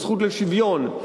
בזכות לשוויון,